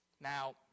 Now